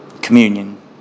Communion